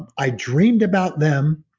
i dreamed about them.